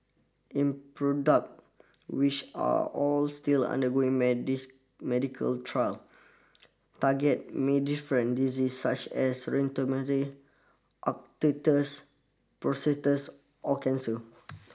in product which are all still undergoing medical trial target may different diseases such as rheumatoid arthritis psoriasis or cancer